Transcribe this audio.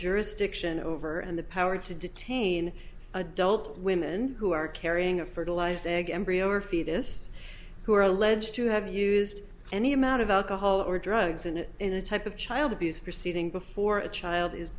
jurisdiction over and the power to detain adult women who are carrying a fertilized egg embryo or fetus who are alleged to have used any amount of alcohol or drugs and in a type of child abuse proceeding before a child is